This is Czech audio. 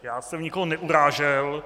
Já jsem nikoho neurážel.